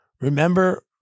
Remember